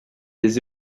des